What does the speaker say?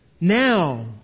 now